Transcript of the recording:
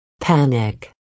panic